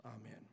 Amen